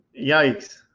Yikes